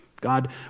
God